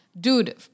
dude